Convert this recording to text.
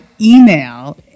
email